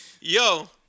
Yo